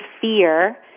fear